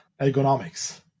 ergonomics